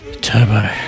Turbo